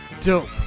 dope